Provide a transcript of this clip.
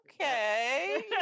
okay